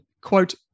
quote